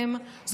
שמעת?